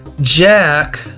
Jack